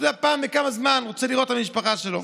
פעם בכמה זמן הוא רוצה לראות את המשפחה שלו.